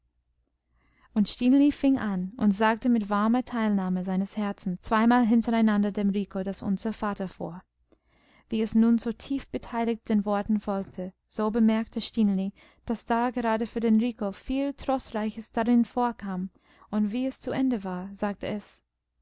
und stineli fing an und sagte mit warmer teilnahme seines herzens zweimal hintereinander dem rico das unser vater vor wie es nun so tief beteiligt den worten folgte so bemerkte stineli daß da gerade für den rico viel trostreiches darin vorkam und wie es zu ende war sagte es